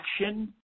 action